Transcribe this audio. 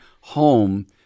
home